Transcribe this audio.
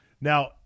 Now